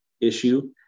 issue